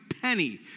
penny